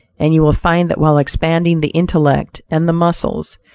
and you will find that while expanding the intellect and the muscles,